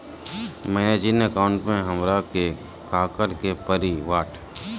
मैंने जिन अकाउंट में हमरा के काकड़ के परी?